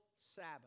Sabbath